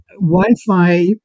Wi-Fi